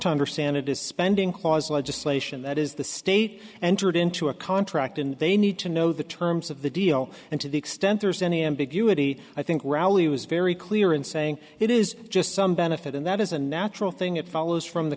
to understand it is spending clause legislation that is the state and to read into a contract and they need to know the terms of the deal and to the extent there is any ambiguity i think rally was very clear in saying it is just some benefit and that is a natural thing it follows from the